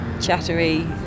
Chattery